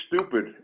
stupid